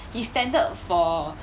his standard for